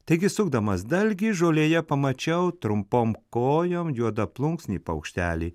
taigi sukdamas dalgį žolėje pamačiau trumpom kojom juodaplunksninį paukštelį